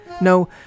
No